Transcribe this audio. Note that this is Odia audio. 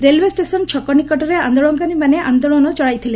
ରେଲ୍ ଷ୍ଟେସନ୍ ଛକ ନିକଟରେ ଆନ୍ଦୋଳନକାରୀମାନେ ଆନ୍ଦୋଳନ ଚଳାଇଥିଲେ